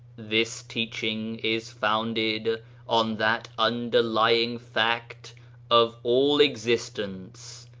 this teaching is founded on that underlying fact of all existence,